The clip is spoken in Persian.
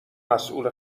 مسئول